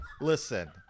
listen